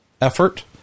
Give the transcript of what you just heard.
effort